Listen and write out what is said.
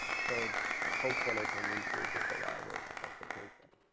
so hopefully can improve the survival of the patient.